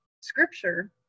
scripture